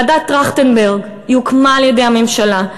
ועדת טרכטנברג, היא הוקמה על-ידי הממשלה.